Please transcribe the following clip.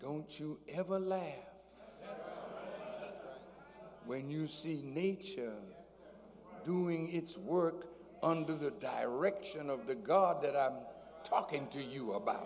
don't you have a laugh when you see nature doing its work under the direction of the god that i'm talking to you about